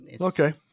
okay